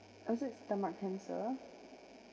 was it stomach cancer